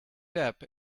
depp